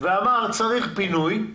ואמר שצריך פינוי,